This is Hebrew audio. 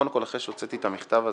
קודם כל, אחרי שהוצאתי את המכתב הזה,